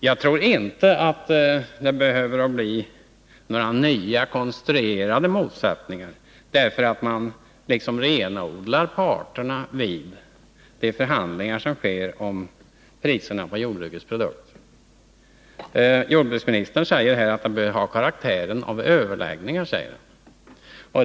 Jag tror inte att det behöver bli några nya konstruerade motsättningar därför att man renodlar parternas ståndpunkt vid förhandlingarna om priserna på jordbrukets produkter. Jordbruksministern säger att de bör ha karaktären av överläggningar.